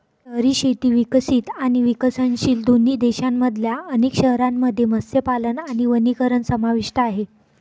शहरी शेती विकसित आणि विकसनशील दोन्ही देशांमधल्या अनेक शहरांमध्ये मत्स्यपालन आणि वनीकरण समाविष्ट आहे